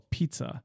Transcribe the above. Pizza